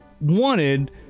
wanted